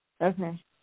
Okay